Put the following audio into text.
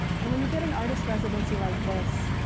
and when you get an artist residency like this,